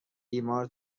بیمار